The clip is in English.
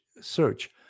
search